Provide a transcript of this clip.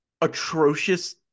atrocious